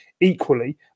Equally